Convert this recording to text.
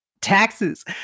taxes